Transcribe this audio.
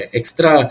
extra